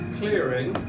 clearing